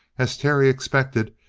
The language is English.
as terry expected,